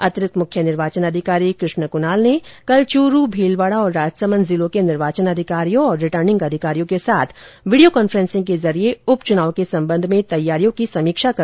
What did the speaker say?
अतिरिक्त मुख्य निर्वाचन अधिकारी कृष्ण कुणाल ने कल चूरू भीलवाड़ा और राजसमंद के निर्वाचन अधिकारियों और रिटर्निंग अधिकारियों के साथ वीडियो कॉन्फ्रेंसिंग के जरिए उप चुनाव के संबंध में तैयारियों की समीक्षा की